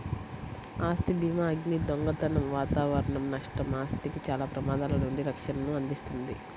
ఆస్తి భీమాఅగ్ని, దొంగతనం వాతావరణ నష్టం, ఆస్తికి చాలా ప్రమాదాల నుండి రక్షణను అందిస్తుంది